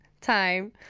time